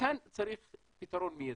כאן צריך פתרון מיידי,